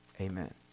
Amen